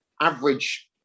average